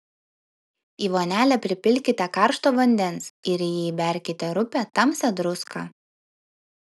į vonelę pripilkite karšto vandens ir į jį įberkite rupią tamsią druską